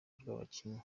rw’abakinnyi